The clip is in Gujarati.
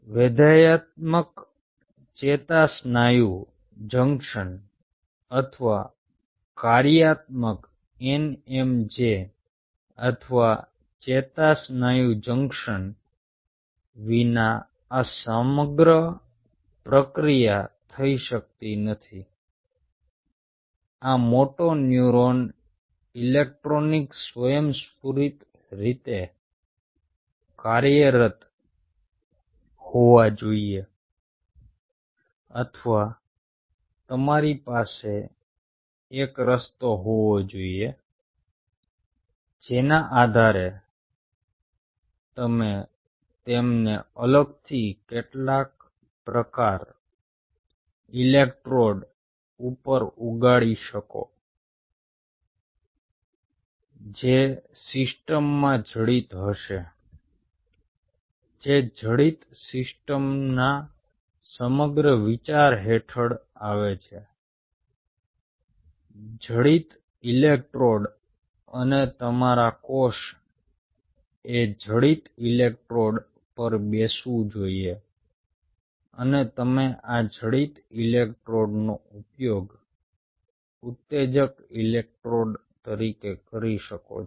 વિધેયાત્મક ચેતાસ્નાયુ જંકશન અથવા કાર્યાત્મક NMJ અથવા ચેતાસ્નાયુ જંકશન વિના આ સમગ્ર પ્રક્રિયા થઇ શકતી નથી તરીકે કરી શકો છો